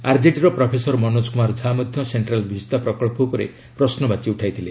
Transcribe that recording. ଆରଜେଡିର professor Manoj Kumar Jha ମଧ୍ୟ Central Vista ପ୍ରକଳ୍ପ ଉପରେ ପ୍ରଶ୍ରବାଚୀ ଉଠାଇଥିଲେ